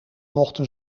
mochten